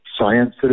science